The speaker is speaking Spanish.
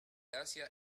asia